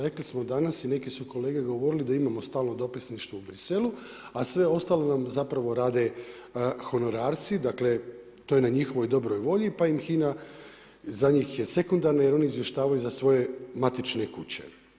Rekli smo danas i neki kolege su govorili da imamo stalno dopisništvo u Briselu, a sve ostalo nam zapravo rade honorarci, dakle, to je na njihovoj dobroj volji, pa im HINA, za njih je sekundarna jer oni izvještavaju za svoje matične kuće.